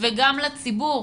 וגם לציבור.